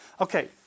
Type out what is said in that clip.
okay